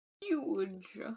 Huge